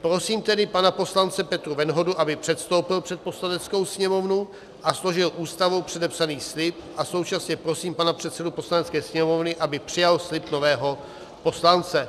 Prosím tedy pana poslance Petra Venhodu, aby předstoupil před Poslaneckou sněmovnu a složil Ústavou předepsaný slib, a současně prosím pana předsedu Poslanecké sněmovny, aby přijal slib nového poslance.